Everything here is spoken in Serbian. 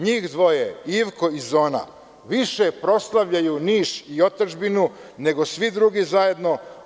Njih dvoje, Ivko i Zona više proslavljaju Niš i otadžbinu nego svi drugi zajedno.